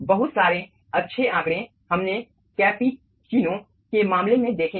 बहुत सारे अच्छे आंकड़े हमने कैपुचिनो के मामले में देखे हैं